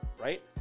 Right